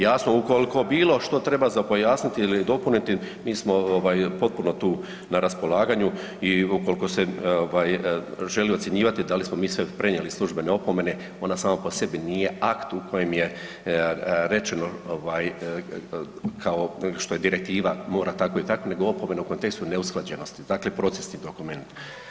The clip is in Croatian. Jasno, ukoliko bilo što treba pojasniti ili dopuniti, mi smo potpuno tu na raspolaganju i ukoliko se želi ocjenjivati da li smo mi prenijeli sve službene opomene ona sama po sebi nije akt u kojem je rečeno kao što je direktiva mora tako i tako nego opomenu u kontekstu neusklađenosti, dakle procesni dokument.